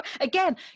Again